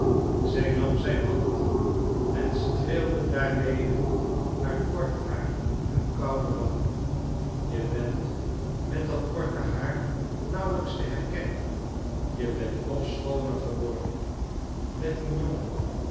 zij nam zijn hand en streelde daarmede haar kort haar en koude wangen je bent met dat korte haar nauwelijks te herkennen je bent nog schooner geworden net een jongen